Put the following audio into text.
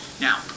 Now